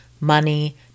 money